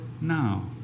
now